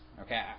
okay